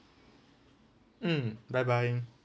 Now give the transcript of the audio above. mm bye bye